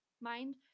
mind